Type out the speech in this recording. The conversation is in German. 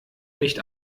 nicht